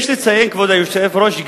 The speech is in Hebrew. כבוד היושב-ראש,